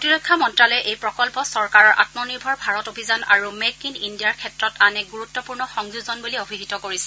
প্ৰতিৰক্ষা মন্তালয়ে এই প্ৰকল্প চৰকাৰৰ আত্মনিৰ্ভৰ ভাৰত অভিযান আৰু মেক ইন্ ইণ্ডিয়াৰ ক্ষেত্ৰত আন এক গুৰুত্বপূৰ্ণ সংযোজন বুলি অভিহিত কৰিছে